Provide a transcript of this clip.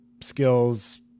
skills